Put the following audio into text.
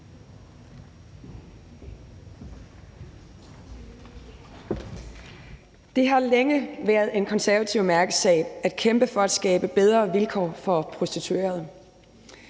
Det har længe været en konservativ mærkesag at kæmpe for at skabe bedre vilkår for prostituerede.